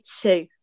two